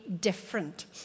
different